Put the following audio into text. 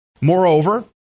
Moreover